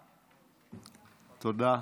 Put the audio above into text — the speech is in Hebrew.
תודה.